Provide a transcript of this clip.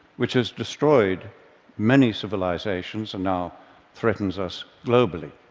which has destroyed many civilizations and now threatens us globally.